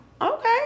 Okay